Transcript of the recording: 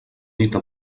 dita